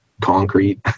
concrete